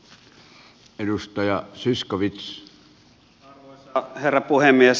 arvoisa herra puhemies